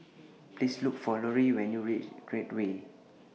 Please Look For Loree when YOU REACH Create Way